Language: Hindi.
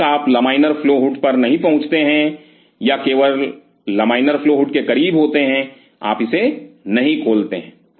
जब तक आप लमाइनर फ्लो हुड पर नहीं पहुंचते हैं या केवल लमाइनर फ्लो हुड के करीब होते है आप इसे नहीं खोलते हैं